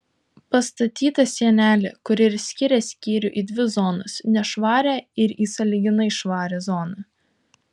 pastatyta sienelė kuri ir skiria skyrių į dvi zonas nešvarią ir į sąlyginai švarią zoną